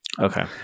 Okay